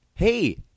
Hey